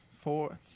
four